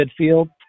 midfield